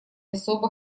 особо